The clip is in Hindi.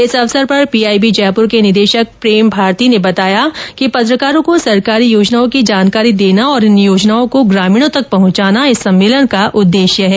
इस अवसर पर पीआईबी जयपुर के निदेशक प्रेम भारती ने बताया कि पत्रकारों को सरकारी योजनाओं की जानकारी देना और इन योजनाओं को ग्रामीणों तक पहुंचाना इस सम्मेलन का उद्देश्य है